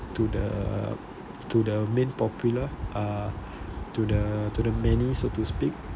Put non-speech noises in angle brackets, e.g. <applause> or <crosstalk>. to the to the main popular uh <breath> to the uh to the many so to speak